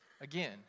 again